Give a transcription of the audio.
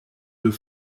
deux